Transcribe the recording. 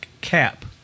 cap